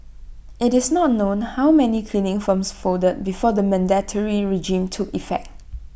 IT is not known how many cleaning firms folded before the mandatory regime took effect